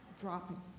dropping